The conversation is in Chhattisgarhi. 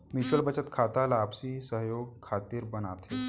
म्युचुअल बचत खाता ला आपसी सहयोग खातिर बनाथे